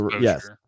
yes